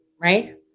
right